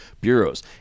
bureaus